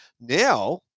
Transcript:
Now